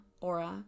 aura